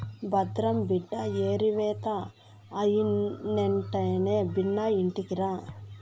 భద్రం బిడ్డా ఏరివేత అయినెంటనే బిన్నా ఇంటికిరా